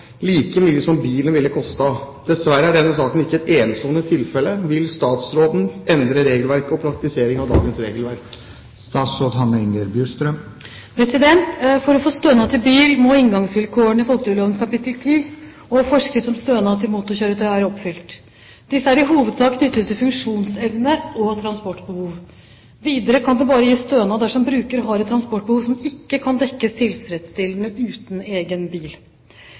like mye som bilen ville kostet. Dessverre er denne saken ikke et enestående tilfelle. Vil statsråden endre regelverket og praktiseringen av dagens regelverk?» For å få stønad til bil må inngangsvilkårene i folketrygdloven kapittel 10 og forskrift om stønad til motorkjøretøy være oppfylt. Disse er i hovedsak knyttet til funksjonsevne og transportbehov. Videre kan det bare gis stønad dersom bruker har et transportbehov som ikke kan dekkes tilfredsstillende uten egen bil.